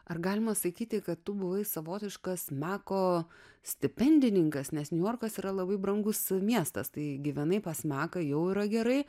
ar galima sakyti kad tu buvai savotiškas smako stipendininkas nes niujorkas yra labai brangus miestas tai gyvenai pas meką jau yra gerai